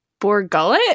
Borgullet